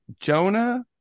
Jonah